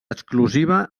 exclusiva